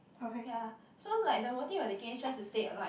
ya so like the voting where they gain trust is stay alive